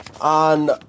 on